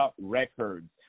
Records